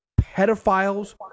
pedophiles